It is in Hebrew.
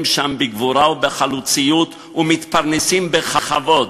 שם בגבורה ובחלוציות ומתפרנסים בכבוד.